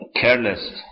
careless